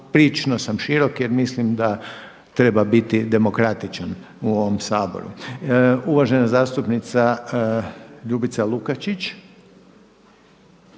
prilično sam širok jer mislim da treba biti demokratičan u ovom Saboru. Uvažena zastupnica Ljubica Lukačić.